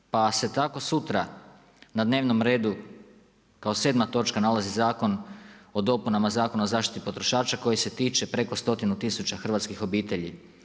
Pa se tako sutra na dnevnom redu kao 7.-ma točka nalazi Zakon o dopunama Zakona o zaštiti potrošača koji se tiče preko stotinu tisuća hrvatskih obitelji.